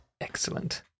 excellent